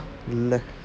இல்ல:illa